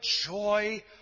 joy